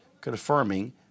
confirming